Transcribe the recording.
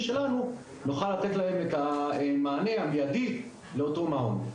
שלנו נוכל לתת להם את המענה המידי לאותו מעון.